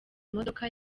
modoka